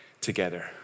together